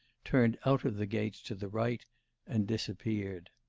turned out of the gates to the right and disappeared.